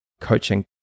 coaching